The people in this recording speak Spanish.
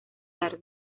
tarde